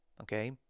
okay